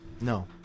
No